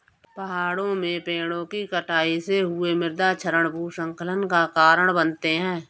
पहाड़ों में पेड़ों कि कटाई से हुए मृदा क्षरण भूस्खलन का कारण बनते हैं